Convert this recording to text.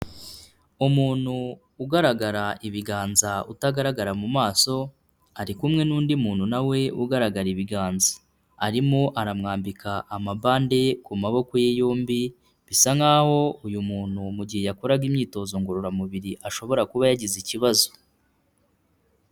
Umuntu ugaragara ibiganza utagaragara mu maso, ari kumwe n'undi muntu na we ugaragara ibiganza. Arimo aramwambika amabande ye ku maboko ye yombi, bisa nkaho uyu muntu mu gihe yakoraga imyitozo ngororamubiri ashobora kuba yagize ikibazo.